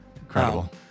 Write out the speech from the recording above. Incredible